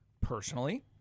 personally